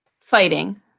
Fighting